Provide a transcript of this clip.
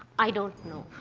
i don't know.